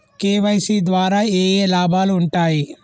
KYC ద్వారా ఏఏ లాభాలు ఉంటాయి?